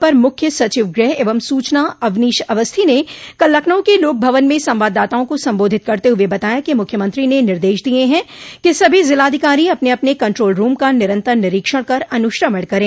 अपर मुख्य सचिव गृह एवं सूचना अवनीश अवस्थी ने कल लखनऊ के लोक भवन में संवाददाताओं को संबोधित करते हुए बताया कि मुख्यमंत्री ने निर्देश दिये हैं कि सभी जिलाधिकारी अपने अपने कंट्रोल रूम का निरन्तर निरीक्षण कर अनूश्रवण करें